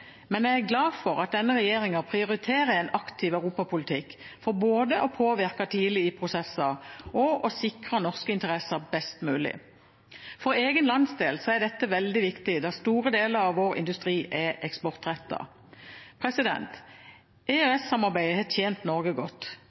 men jeg er glad for at denne regjeringen prioriterer en aktiv europapolitikk for både å påvirke tidlig i prosesser og å sikre norske interesser best mulig. For egen landsdel er dette veldig viktig, da store deler av vår industri er eksportrettet. EØS-samarbeidet har tjent Norge godt.